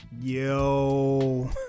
yo